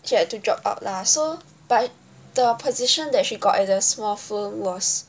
she had to drop out lah so but the positon that she got is a small film was